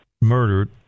murdered